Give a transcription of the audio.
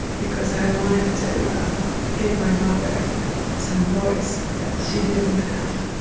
because i wanted to give my mother some voice that she didn't have.